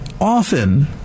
often